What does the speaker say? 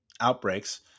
outbreaks